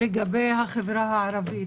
לגבי החברה הערבית.